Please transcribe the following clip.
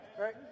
Right